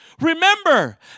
Remember